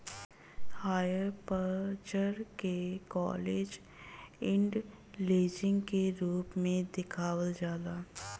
hire purchase के close end leasing के रूप में देखावल जाला